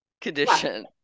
condition